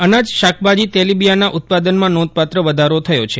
અનાજ શાકભાજી તેલીબિંયાના ઉત્પાદનમાં નોંધપાત્ર વધારો થયો છે